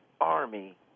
Army